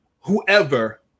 whoever